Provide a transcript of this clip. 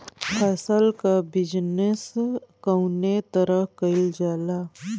फसल क बिजनेस कउने तरह कईल जाला?